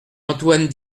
antoine